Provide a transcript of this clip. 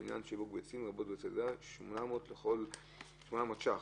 "לעניין שיווק ביצים לרבות ביצי דגירה: 800 ש"ח